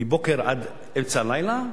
מבוקר עד אמצע הלילה,